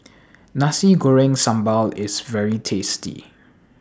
Nasi Goreng Sambal IS very tasty